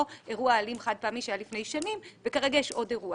אירוע אלים חד-פעמי שהיה לפני שנים וכרגע יש עוד אירוע